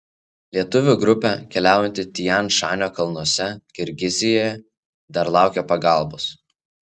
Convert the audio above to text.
lietuvių grupė keliaujanti tian šanio kalnuose kirgizijoje dar laukia pagalbos